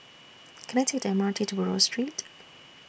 Can I Take The M R T to Buroh Street